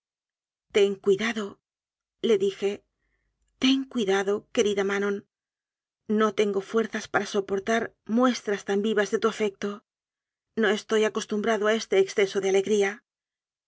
alma ten cuidadole dije ten cuidado querida manon no tengo fuerzas para soportar muestras tan vi vas de tu afecto no estoy acostumbrado a este exceso de alegría